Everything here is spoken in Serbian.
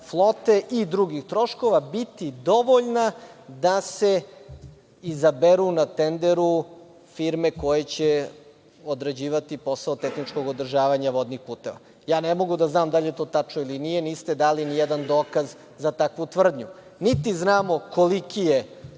flote i drugih troškova biti dovoljna da se izaberu na tenderu firme koje će odrađivati posao tehničkog održavanja vodnih puteva. Ja ne mogu da znam da li je to tačno ili nije, jer niste dali ni jedan dokaz za takvu tvrdnju. Niti znamo koliki je